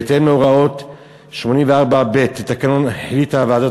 בהתאם להוראות 84(ב) לתקנון החליטה ועדת